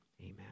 amen